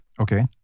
okay